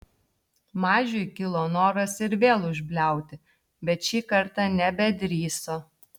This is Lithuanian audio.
mažiui kilo noras ir vėl užbliauti bet šį kartą nebedrįso